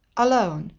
alone,